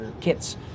Kits